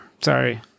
sorry